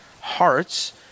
hearts